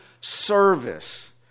service